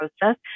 process